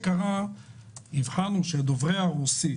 הבחנו שדוברי הרוסית